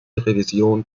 revision